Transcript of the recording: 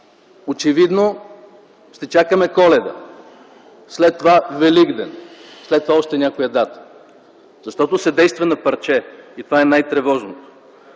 Очевидно ще чакаме Коледа. След това Великден. След това още някоя дата. Защото се действа на парче и това е най-тревожното.